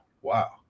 wow